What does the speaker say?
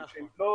שהן לא